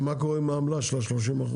ומה קורה עם העמלה של ה-30%?